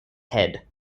head